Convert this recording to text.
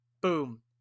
Boom